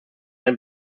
ein